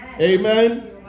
Amen